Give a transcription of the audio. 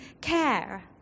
care